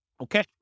Okay